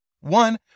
One